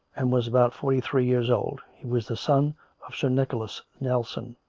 and was about forty-three years old he was the son of sir nicholas nelson